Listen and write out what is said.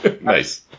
Nice